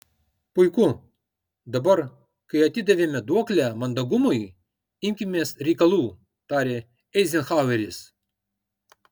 puiku dabar kai atidavėme duoklę mandagumui imkimės reikalų tarė eizenhaueris